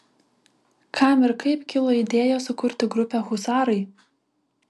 kam ir kaip kilo idėja sukurti grupę husarai